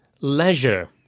leisure